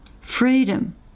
Freedom